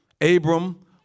Abram